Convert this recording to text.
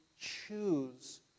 choose